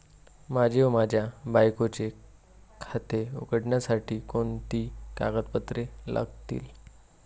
माझे व माझ्या बायकोचे खाते उघडण्यासाठी कोणती कागदपत्रे लागतील?